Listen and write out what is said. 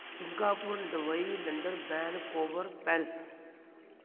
Singapore Dubai London Vancouver Paris